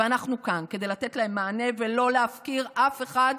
אנחנו כאן כדי לתת להם מענה ולא להפקיר אף אחד,